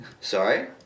Sorry